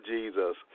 Jesus